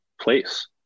place